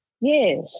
Yes